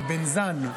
לבנזן.